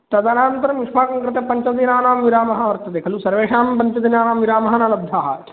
तदनन्तरं युष्माकं कृते पञ्चदिनानां विरामः वर्तते खलु सर्वेषां पञ्चदिनानां विरामः न लब्धः